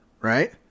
right